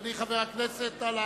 חבר הכנסת יואל